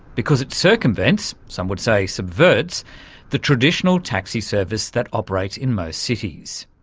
because it circumvents some would say subverts the traditional taxi service that operates in most cities.